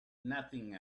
nothing